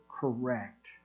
correct